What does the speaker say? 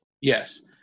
Yes